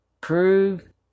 prove